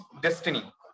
destiny